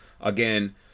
again